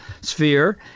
sphere